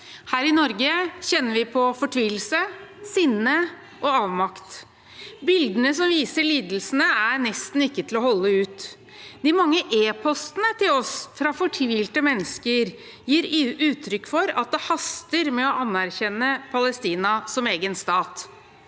Her i Norge kjenner vi på fortvilelse, sinne og avmakt. Bildene som viser lidelsene, er nesten ikke til å holde ut. De mange e-postene til oss fra fortvilte mennesker gir uttrykk for at det haster med å anerkjenne Palestina som egen stat.